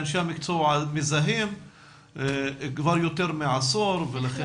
שאנשי המקצועי מזהים כבר יותר מעשור ולכן